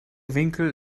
winkel